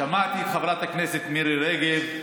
שמעתי את חברת הכנסת מירי רגב,